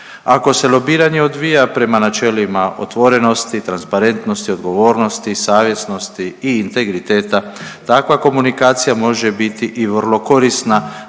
Ako se lobiranje odvija prema načelima otvorenosti, transparentnosti, odgovornosti, savjesnosti i integriteta, takva komunikacija može biti i vrlo korisna